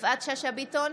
יפעת שאשא ביטון,